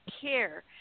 care